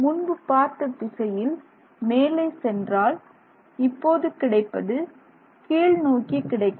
முன்பு பார்த்த திசையில் மேலே சென்றால் இப்போது கிடைப்பது கீழ்நோக்கி கிடைக்கும்